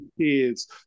kids